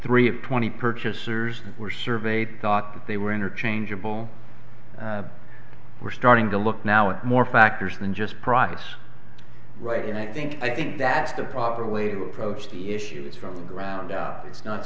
three of twenty purchasers that were surveyed thought that they were interchangeable we're starting to look now at more factors than just price right and i think i think that the proper way to approach the issues from the ground up is not